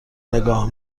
نگاه